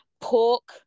pork